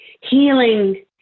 healing